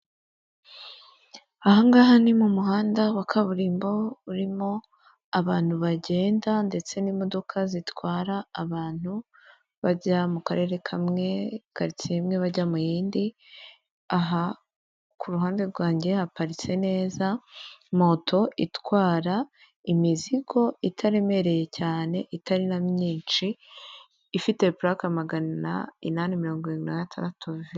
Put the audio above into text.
Aha ngaha ni mu muhanda wa kaburimbo, urimo abantu bagenda ndetse n'imodoka zitwara abantu bajya mu karere kamwe, karitsiye imwe bajya mu yindi, aha ku ruhande rwanjye haparitse neza moto itwara imizigo itaremereye cyane, itari na myinshi, ifite purake ya magana inani mirongo irindwi na gatandatu ve.